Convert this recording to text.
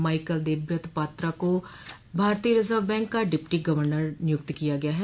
Michael Debabrata Patra को भारतीय Reserve Bank का डिप्टी गवर्नर नियुक्त किया गया है